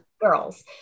girls